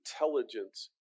intelligence